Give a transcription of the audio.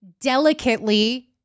delicately